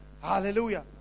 Hallelujah